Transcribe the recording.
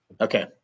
okay